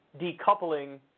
decoupling